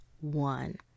one